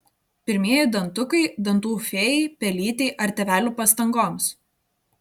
pirmieji dantukai dantų fėjai pelytei ar tėvelių pastangoms